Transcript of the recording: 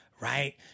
right